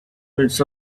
minutes